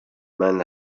man